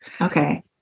okay